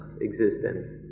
existence